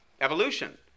evolution